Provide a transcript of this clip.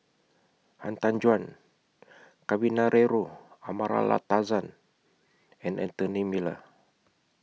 Han Tan Juan Kavignareru Amallathasan and Anthony Miller